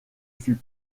fut